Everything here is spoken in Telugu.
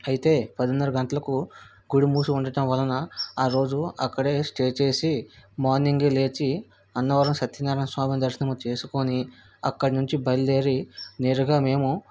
అయితే పదిన్నర గంటలకు గుడి మూసి ఉండటం వలన ఆ రోజు అక్కడే స్టేట్ చేసి మార్నింగే లేచి అన్నవరం సత్యనారాయణ స్వామి దర్శనము చేసుకోని అక్కడ నుంచి బయలుదేరి నేరుగా మేము